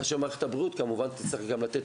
כאשר מערכת הבריאות כמובן תצטרך גם לתת